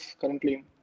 currently